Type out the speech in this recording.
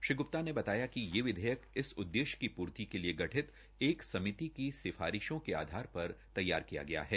श्री ग्प्ता ने बताया कि ये विधेयक इस उददेश्य की पूर्ति के लिए गठित एक समिति की सिफारिशों के आधार पर तैयार किया गया है